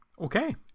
Okay